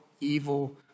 evil